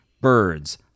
birds